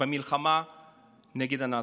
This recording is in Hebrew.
במלחמה נגד הנאצים.